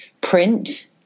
print